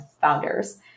Founders